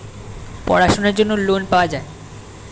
পড়াশোনার জন্য লোন পাওয়া যায়